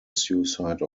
suicide